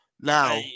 Now